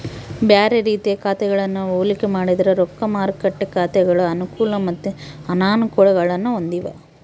ಬ್ಯಾರೆ ರೀತಿಯ ಖಾತೆಗಳನ್ನ ಹೋಲಿಕೆ ಮಾಡಿದ್ರ ರೊಕ್ದ ಮಾರುಕಟ್ಟೆ ಖಾತೆಗಳು ಅನುಕೂಲ ಮತ್ತೆ ಅನಾನುಕೂಲಗುಳ್ನ ಹೊಂದಿವ